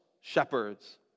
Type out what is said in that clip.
shepherds